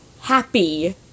happy